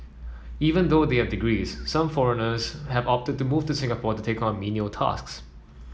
even though they have degrees some foreigners have opted to move to Singapore to take on menial tasks